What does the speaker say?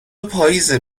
پاییزه